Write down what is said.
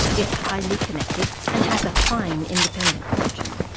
is highly connected, and has a fine independent fortune.